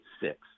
six